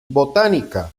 botánica